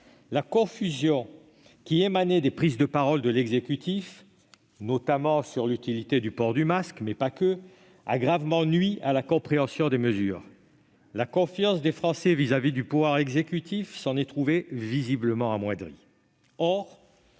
la confusion qui ressortait des prises de parole de l'exécutif, notamment sur l'utilité du port du masque, mais pas seulement, a gravement nui à la compréhension des mesures. La confiance des Français à l'égard du pouvoir exécutif s'en est trouvée visiblement amoindrie.